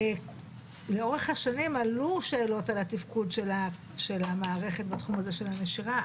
לאורך השנים עלו שאלות על התפקוד של המערכת בתחום הזה של הנשירה,